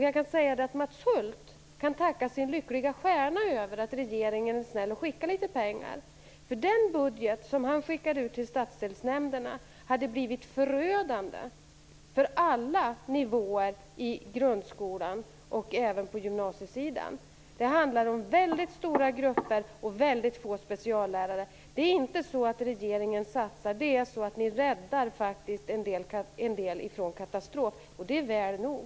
Jag kan säga att Mats Hulth kan tacka sin lyckliga stjärna för att regeringen är snäll och skickar litet pengar. Den budget som han skickade ut till stadsdelsnämnderna hade blivit förödande för alla nivåer i grundskolan och även på gymnasiesidan. Det handlar om väldigt stora grupper och väldigt få speciallärare. Det är inte så att regeringen satsar, det är så att ni räddar en del från katastrof, och det är väl nog.